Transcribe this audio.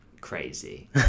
crazy